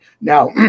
Now